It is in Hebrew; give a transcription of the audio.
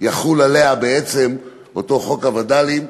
יחול עליה חוק הווד"לים,